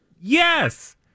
Yes